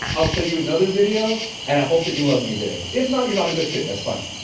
i'll show you another video and i hope that you love me there. if not, you're not a good fit. that's fine,